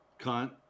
cunt